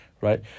right